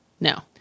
No